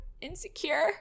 Insecure